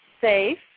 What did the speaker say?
safe